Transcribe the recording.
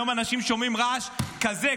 היום אנשים שומעים רעש כזה,